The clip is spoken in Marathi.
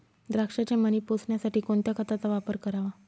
द्राक्षाचे मणी पोसण्यासाठी कोणत्या खताचा वापर करावा?